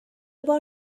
بار